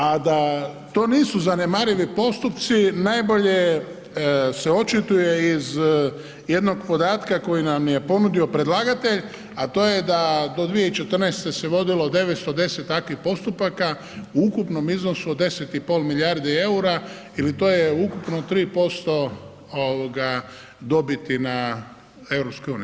A da to nisu zanemarivi postupci najbolje se očituje iz jednog podatka koji nam je ponudio predlagatelj a to je da do 2014. se vodilo 910 takvih postupaka u ukupnom iznosu od 10,5 milijardi eura ili to je ukupno 3% dobiti na EU.